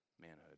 manhood